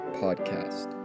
podcast